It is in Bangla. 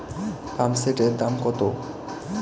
পাম্পসেটের দাম কত?